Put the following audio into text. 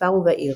בכפר ובעיר".